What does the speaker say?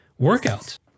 workouts